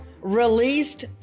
released